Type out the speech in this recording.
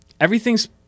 Everything's